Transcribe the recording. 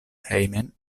hejmen